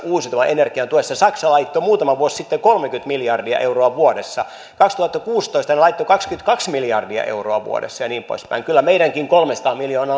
uusiutuvan energian tuen suhteen saksa laittoi muutama vuosi sitten kolmekymmentä miljardia euroa vuodessa kaksituhattakuusitoista ne laittoivat kaksikymmentäkaksi miljardia euroa vuodessa ja niin poispäin kyllä meidänkin kolmesataa miljoonaa